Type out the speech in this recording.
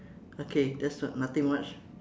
okay that's what nothing much